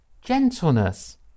gentleness